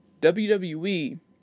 WWE